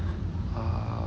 uh